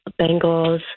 Bengals